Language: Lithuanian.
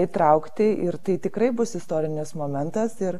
įtraukti ir tai tikrai bus istorinis momentas ir